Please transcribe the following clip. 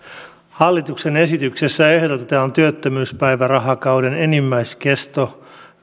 hallituksen esityksessä ehdotetaan työttömyyspäivärahakauden enimmäiskestoa